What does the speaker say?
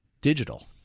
digital